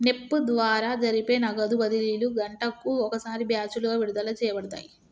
NEFT ద్వారా జరిపే నగదు బదిలీలు గంటకు ఒకసారి బ్యాచులుగా విడుదల చేయబడతాయి